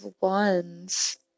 wands